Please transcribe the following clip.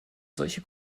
solche